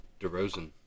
DeRozan